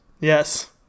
Yes